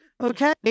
Okay